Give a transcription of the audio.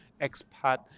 expat